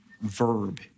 Verb